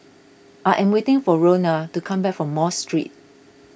I am waiting for Roena to come back from Mosque Street